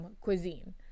cuisine